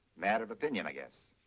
matter of opinion, i guess.